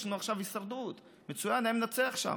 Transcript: יש לנו עכשיו הישרדות, מצוין, הוא היה מנצח שם.